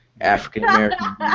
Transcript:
African-American